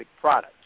product